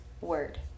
word